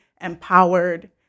empowered